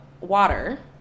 water